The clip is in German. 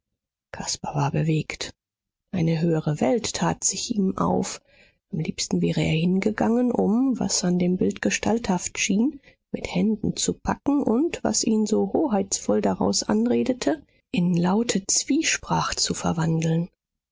caspar war bewegt eine höhere welt tat sich ihm auf am liebsten wäre er hingegangen um was an dem bild gestalthaft schien mit händen zu packen und was ihn so hoheitsvoll daraus anredete in laute zwiesprach zu verwandeln